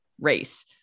race